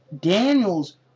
Daniels